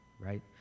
right